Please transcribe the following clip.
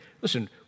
listen